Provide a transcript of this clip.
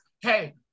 hey